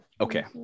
Okay